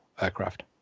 aircraft